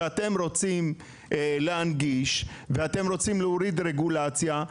שאתם רוצים להנגיש ואתם רוצים להוריד רגולציה,